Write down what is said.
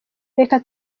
reka